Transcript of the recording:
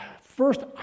first